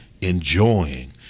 enjoying